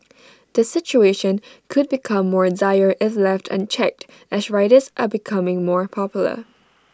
the situation could become more dire if left unchecked as riders are becoming more popular